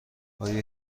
آیا